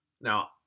Now